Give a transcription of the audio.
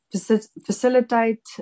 facilitate